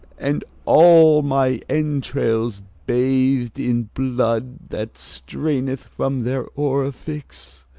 and all my entrails bath'd in blood that straineth from their orifex.